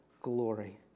glory